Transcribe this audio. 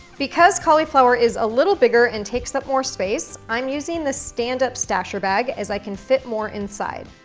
because cauliflower is a little bigger and takes up more space, i'm using the stand up stasher bag as i can fit more inside.